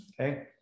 okay